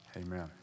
Amen